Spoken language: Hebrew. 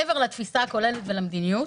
מעבר לתפיסה הכוללת ולמדיניות,